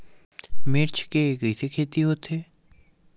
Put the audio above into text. मिर्च के कइसे खेती होथे?